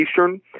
Eastern